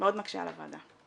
מאוד מקשה על הוועדה.